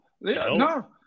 No